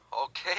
Okay